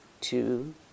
two